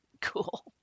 Cool